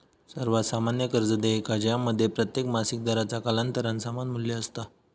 सर्वात सामान्य कर्ज देयका ज्यामध्ये प्रत्येक मासिक दराचा कालांतरान समान मू्ल्य असता